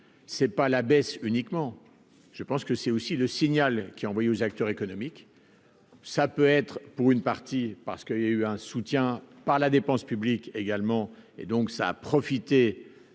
c'est pas la baisse uniquement, je pense que c'est aussi le signal qui est envoyé aux acteurs économiques, ça peut être pour une partie, parce qu'il y a eu un soutien par la dépense publique également, et donc ça a profité